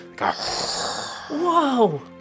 Whoa